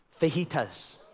Fajitas